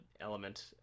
element